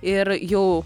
ir jau